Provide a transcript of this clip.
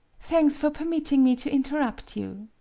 thanks for permitting me to interrupt you.